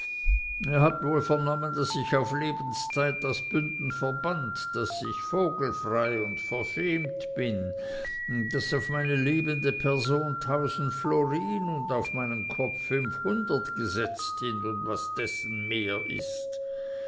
ihr habt wohl vernommen daß ich auf lebenszeit aus bünden verbannt daß ich vogelfrei und verfemt bin daß auf meine lebende person tausend florin und auf meinen kopf fünfhundert gesetzt sind und was dessen mehr ist